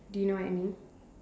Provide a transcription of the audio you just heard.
do you know what I mean